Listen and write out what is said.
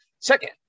Second